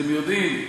אתם יודעים,